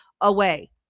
away